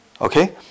okay